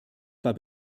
war